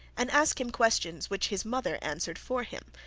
and ask him questions which his mother answered for him,